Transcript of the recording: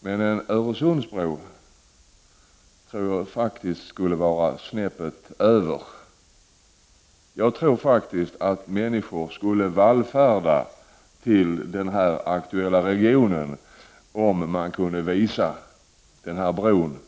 men en Öresundsbro tror jagfaktiskt skulle vara snäppet bättre. Jag tror faktiskt att människor skulle vallfärda till den aktuella regionen, om man kunde visa upp den här bron.